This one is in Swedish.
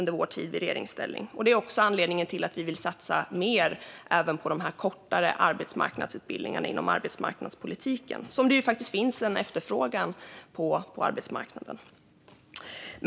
Det är också anledningen till att vi inom arbetsmarknadspolitiken vill satsa mer på kortare arbetsmarknadsutbildningar, som faktiskt efterfrågas på arbetsmarknaden.